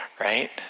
right